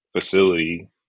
facility